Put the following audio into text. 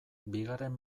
bigarren